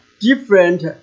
different